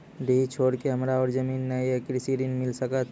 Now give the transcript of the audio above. डीह छोर के हमरा और जमीन ने ये कृषि ऋण मिल सकत?